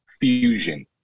fusion